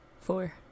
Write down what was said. four